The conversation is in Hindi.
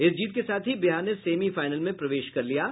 इस जीत के साथ ही बिहार ने सेमीफाइनल में प्रवेश कर लिया है